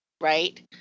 right